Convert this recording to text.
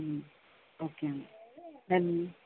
okay అండి